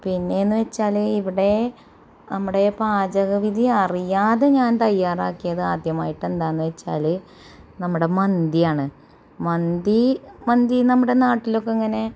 പിന്നേ എന്ന് വെച്ചാല് ഇവിടെ നമ്മുടെ പാചകവിധി അറിയാതെ ഞാന് തയ്യാറാക്കിയത് ആദ്യമായിട്ടെന്താന്ന് വെച്ചാല് നമ്മുടെ മന്തിയാണ് മന്തീ മന്തി നമ്മുടെ നാട്ടിലൊക്കെ ഇങ്ങനെ